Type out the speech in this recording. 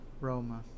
Roma